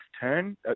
turn